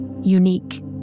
unique